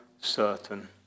certain